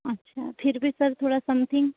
अच्छा फिर भी सर थोड़ा समथिंग